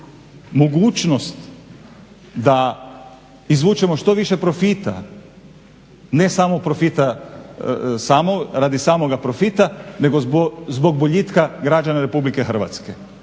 mogućnost da izvučemo što više profita ne samo radi samoga profita nego zbog boljitka građana Republike Hrvatske.